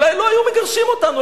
אולי לא היו מגרשים אותנו,